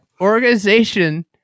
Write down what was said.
organization